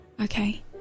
Okay